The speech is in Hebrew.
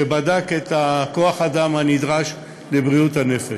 שבדק את כוח-האדם הנדרש לבריאות הנפש,